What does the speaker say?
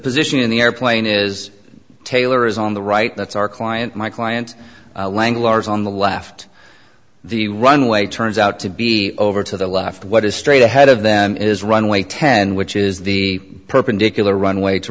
position of the airplane is taylor is on the right that's our client my client languor is on the left the runway turns out to be over to the left what is straight ahead of them is runway ten which is the perpendicular runway to